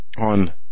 on